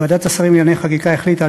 ועדת השרים לענייני חקיקה החליטה,